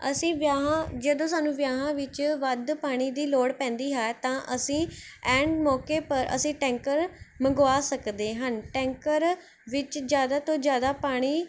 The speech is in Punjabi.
ਅਸੀਂ ਵਿਆਹਾਂ ਜਦੋਂ ਸਾਨੂੰ ਵਿਆਹਾਂ ਵਿੱਚ ਵੱਧ ਪਾਣੀ ਦੀ ਲੋੜ ਪੈਂਦੀ ਹੈ ਤਾਂ ਅਸੀਂ ਐਨ ਮੌਕੇ ਪਰ ਅਸੀਂ ਟੈਂਕਰ ਮੰਗਵਾ ਸਕਦੇ ਹਨ ਟੈਂਕਰ ਵਿੱਚ ਜ਼ਿਆਦਾ ਤੋਂ ਜ਼ਿਆਦਾ ਪਾਣੀ